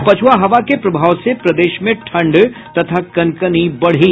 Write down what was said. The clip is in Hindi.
और पछुआ हवा के प्रभाव से प्रदेश में ठंड तथा कनकनी बढ़ी